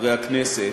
חברי חברי הכנסת,